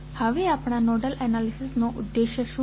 હવે આપણા નોડલ એનાલિસિસનો ઉદ્દેશ્ય શું છે